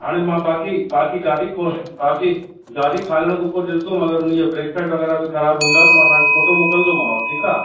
हाणे मां बाक़ी बाक़ी गाॾी खोल बाक़ी गाॾी खालण खां पोइ ॾिसंदुमि अगरि उन जा ब्रेक पैड वग़ैरह बि ख़राब हूंदा त मां तव्हांखे फोटो मोकिलंदोमांव ठीकु आहे